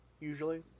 Usually